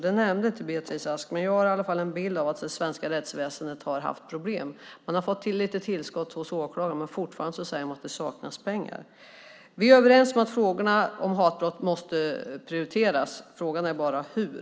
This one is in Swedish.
Det nämnde inte Beatrice Ask, men min bild är att det svenska rättsväsendet har haft problem. Man har fått lite tillskott hos åklagaren, men man saknar fortfarande pengar. Vi är överens om att frågorna om hatbrott måste prioriteras. Frågan är bara hur.